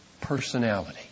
Personality